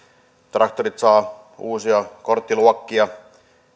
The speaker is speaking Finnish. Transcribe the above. traktorit saavat uusia korttiluokkia